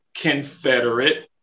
Confederate